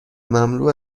مملو